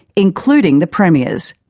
including the premier's.